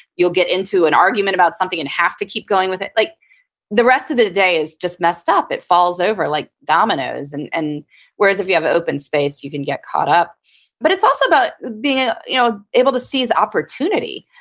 you'll get into an argument about something and have to keep going with it. like the rest of the day is just messed up. it falls over like dominoes and and whereas if you have an open space, you can get caught up but it's also about being ah you know able to seize opportunity.